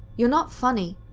you're not funny.